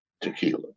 tequila